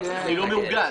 הוא לא מאוגד.